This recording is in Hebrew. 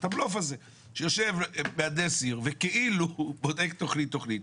שיושב מהנדס עיר וכאילו הוא בודק תכנית-תכנית.